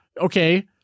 Okay